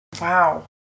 Wow